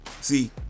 See